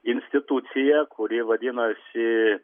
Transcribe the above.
instituciją kuri vadinasi